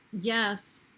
yes